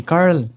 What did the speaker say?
Carl